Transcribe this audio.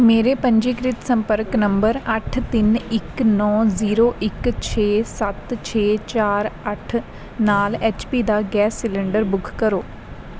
ਮੇਰੇ ਪੰਜੀਕ੍ਰਿਤ ਸੰਪਰਕ ਨੰਬਰ ਅੱਠ ਤਿੰਨ ਇੱਕ ਨੌਂ ਜ਼ੀਰੋ ਇੱਕ ਛੇ ਸੱਤ ਛੇ ਚਾਰ ਅੱਠ ਨਾਲ ਐੱਚ ਪੀ ਦਾ ਗੈਸ ਸਿਲੰਡਰ ਬੁੱਕ ਕਰੋ